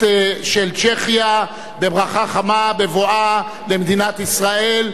של צ'כיה בברכה חמה בבואה למדינת ישראל,